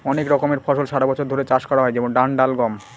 অনেক রকমের ফসল সারা বছর ধরে চাষ করা হয় যেমন ধান, ডাল, গম